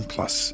Plus